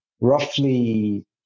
roughly